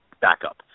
backup